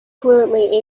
fluently